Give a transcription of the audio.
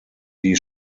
die